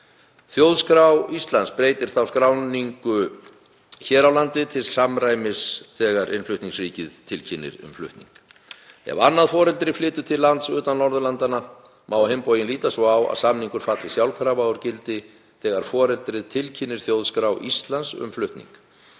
Þjóðskrá Íslands breytir þá skráningu hér á landi til samræmis þegar innflutningsríkið tilkynnir um flutning. Ef annað foreldri flytur til lands utan Norðurlandanna má á hinn bóginn líta svo á að samningur falli sjálfkrafa úr gildi þegar foreldrið tilkynnir Þjóðskrá Íslands um flutning.